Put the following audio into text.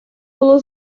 було